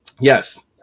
Yes